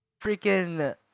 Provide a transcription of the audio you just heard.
freaking